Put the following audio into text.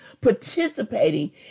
participating